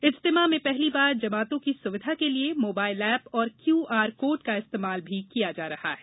इज्तिमा में पहली बार जमातों की सुविधा के लिए मोबाइल एप और क्यूआर कोड का इस्तेमाल किया जा रहा है